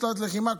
בשעת לחימה,